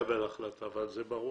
אנחנו נקבל החלטה - אבל זה ברור,